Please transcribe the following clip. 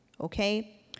okay